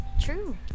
True